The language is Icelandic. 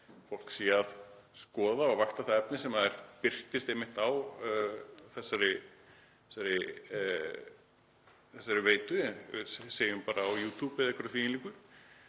fólk sé að skoða og vakta það efni sem birtist á þessari veitu, segjum bara á YouTube eða einhverju því um líku.